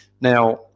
now